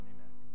Amen